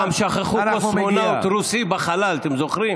פעם שכחו קוסמונאוט רוסי בחלל, אתם זוכרים?